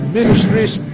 Ministries